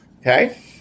Okay